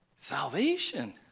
salvation